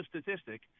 statistic